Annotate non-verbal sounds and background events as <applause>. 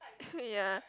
<noise> ya